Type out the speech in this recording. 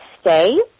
stay